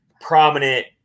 prominent